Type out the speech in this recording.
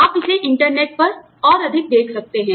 आप इसे इंटरनेट पर और अधिक देख सकते हैं